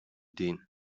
din